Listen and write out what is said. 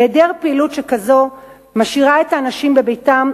היעדר פעילות כזאת משאירה את האנשים בביתם,